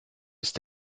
ist